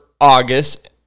august